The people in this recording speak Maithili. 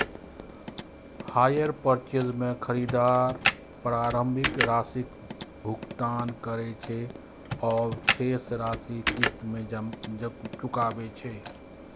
हायर पर्चेज मे खरीदार प्रारंभिक राशिक भुगतान करै छै आ शेष राशि किस्त मे चुकाबै छै